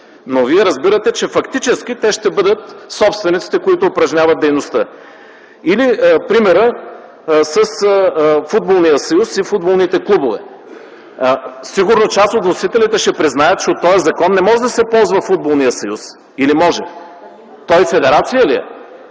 Но вие разбирате, че фактически те ще бъдат собствениците, които упражняват дейността. Примерът с Футболния съюз и футболните клубове. Сигурно част от вносителите ще признаят, че от този закон не може да се ползва Футболният съюз, или може?! Той федерация ли е?